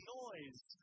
noise